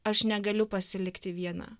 aš negaliu pasilikti viena